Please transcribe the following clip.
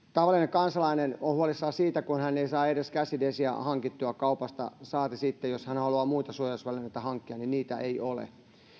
kansalainen on huolissaan siitä kun hän ei saa edes käsidesiä hankittua kaupasta saati sitten jos hän haluaa muita suojausvälineitä hankkia niin niitä ei ole